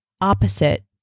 opposite